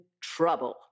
trouble